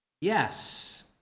Yes